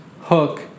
hook